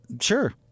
Sure